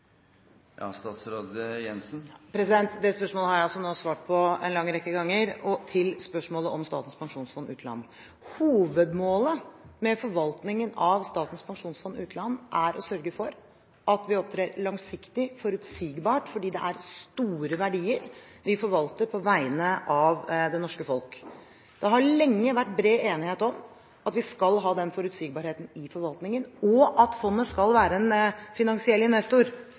Det spørsmålet har jeg altså nå svart på en lang rekke ganger – òg til spørsmålet om Statens pensjonsfond utland. Hovedformålet med forvaltningen av Statens pensjonsfond utland er å sørge for at vi opptrer langsiktig og forutsigbart fordi det er store verdier vi forvalter på vegne av det norske folk. Det har lenge vært bred enighet om vi skal ha den forutsigbarheten i forvaltningen, og at fondet skal være en finansiell investor.